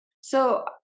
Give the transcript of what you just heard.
So-